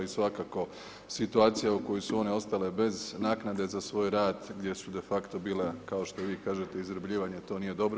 I svakako situacija u kojoj su one ostale bez naknade za svoj rad gdje su de facto bile kao što vi kažete izrabljivanje, to nije dobro.